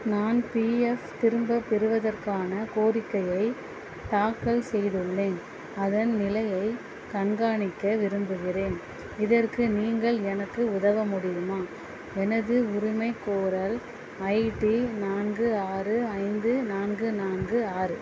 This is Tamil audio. நான் பிஎஃப் திரும்ப பெறுவதற்கான கோரிக்கையை தாக்கல் செய்துள்ளேன் அதன் நிலையை கண்காணிக்க விரும்புகிறேன் இதற்கு நீங்கள் எனக்கு உதவ முடியுமா எனது உரிமைக்கோரல் ஐட்டி நான்கு ஆறு ஐந்து நான்கு நான்கு ஆறு